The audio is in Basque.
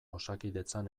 osakidetzan